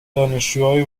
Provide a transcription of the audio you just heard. دانشجوهای